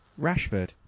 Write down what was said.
Rashford